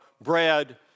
bread